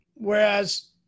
Whereas